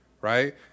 right